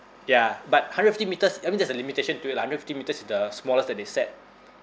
ya but hundred and fifty metres I mean there's a limitation to it lah hundred and fifty metres is the smallest that they set